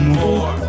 more